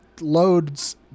loads